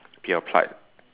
be applied